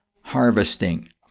harvesting